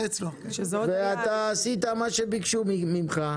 ואתה עשית מה שביקשו ממך,